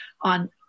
on